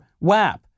WAP